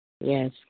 Yes